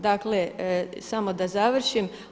Dakle, samo da završim.